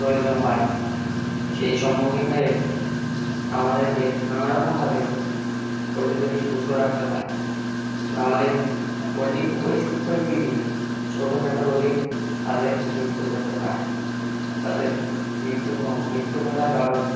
প্রয়োজন হয় সেই সম্মুখীন হয়ে আমাদেরকে নানারকমভাবে পোলট্রিদেরকে সুস্থ রাখতে হয় নাহলে পোলট্রি খুবই সূক্ষ্ম একটি জিনিস ছোটোখাটো রোগে তাদের মৃত্যু ঘটতে পারে আর তাদের মৃত্যু মৃত্যু ঘটার কারণ